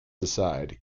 aside